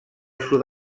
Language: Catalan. sud